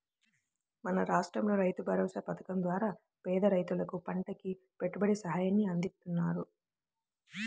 మన రాష్టంలో రైతుభరోసా పథకం ద్వారా పేద రైతులకు పంటకి పెట్టుబడి సాయాన్ని అందిత్తన్నారు